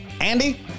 Andy